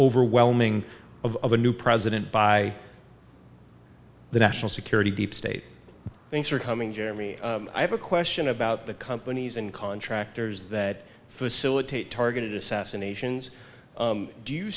overwhelming of a new president by the national security deep state thanks for coming jeremy i have a question about the companies and contractors that facilitate targeted assassinations do you